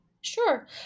Sure